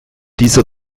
dieser